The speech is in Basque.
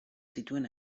zituen